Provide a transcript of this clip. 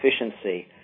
efficiency